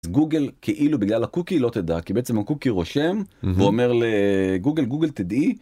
גוגל כאילו בגלל הקוקי לא תדע כי בעצם הקוקי רושם והוא אומר לגוגל, גוגל תדעי.